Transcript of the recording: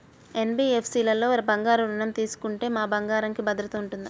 NBFC లలో బంగారు ఋణం తీసుకుంటే మా బంగారంకి భద్రత ఉంటుందా?